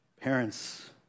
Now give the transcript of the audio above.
Parents